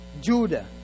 Judah